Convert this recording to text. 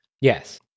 Yes